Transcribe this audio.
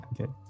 Okay